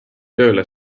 tööle